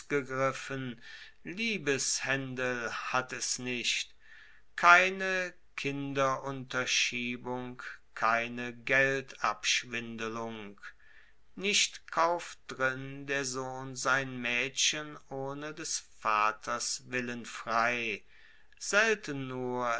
ausgegriffen liebeshaendel hat es nicht keine kinderunterschiebung keine geldabschwindelung nicht kauft drin der sohn sein maedchen ohne des vaters willen frei selten nur